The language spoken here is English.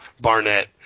Barnett